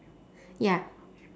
ya